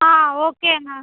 ஆ ஓகேங்க